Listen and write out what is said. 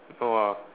no ah